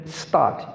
start